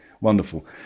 Wonderful